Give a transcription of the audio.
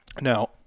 Now